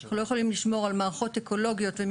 אנחנו לא יכולים לשמור על מערכות אקולוגיות ועל